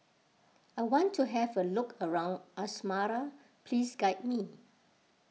I want to have a look around Asmara please guide me